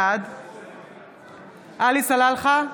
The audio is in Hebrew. בעד עלי סלאלחה,